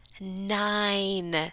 Nine